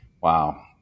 Wow